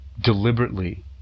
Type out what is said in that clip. deliberately